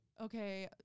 Okay